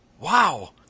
Wow